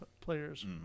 players